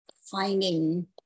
finding